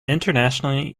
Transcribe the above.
internationally